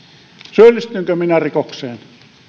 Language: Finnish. syyllistynkö minä rikokseen